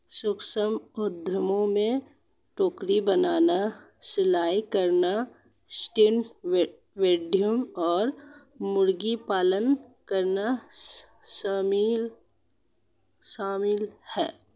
सूक्ष्म उद्यमों में टोकरी बनाना, सिलाई करना, स्ट्रीट वेंडिंग और मुर्गी पालन करना शामिल है